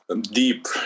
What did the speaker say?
deep